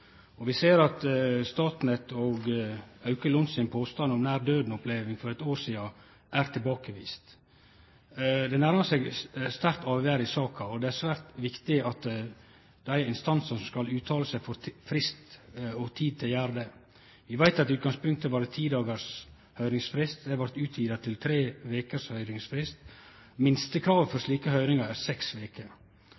Vi ser at Statnett og Auke Lont sin påstand om nær-døden-oppleving for eit år sidan er tilbakevist. Det nærmar seg sterkt ei avgjerd i saka, og det er svært viktig at dei instansane som skal uttale seg, får tid til å gjere det. Vi veit at i utgangspunktet var det ti dagars høyringsfrist. Det vart utvida til tre